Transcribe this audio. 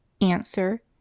Answer